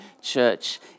church